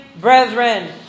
brethren